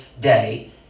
day